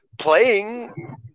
playing